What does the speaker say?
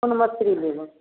कोन मछरी लेबै